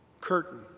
curtain